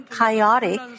chaotic